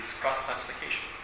cross-classification